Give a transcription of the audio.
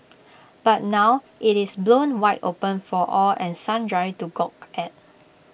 but now IT is blown wide open for all and sundry to gawk at